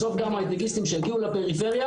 בסוף גם ההייטקיסטים שיגיעו לפריפריה,